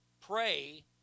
pray